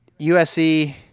USC